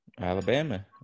Alabama